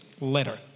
letter